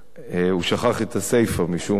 הוא שכח את הסיפא משום מה.